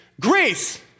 grace